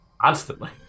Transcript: Constantly